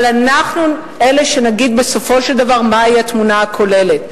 אבל אנחנו אלה שנגיד בסופו של דבר מהי התמונה הכוללת.